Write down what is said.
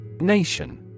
Nation